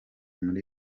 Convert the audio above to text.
muri